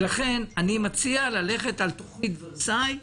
לכן אני מציע ללכת על תוכנית ורסאי,